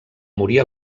morir